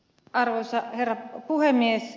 arvoisa herra puhemies